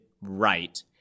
right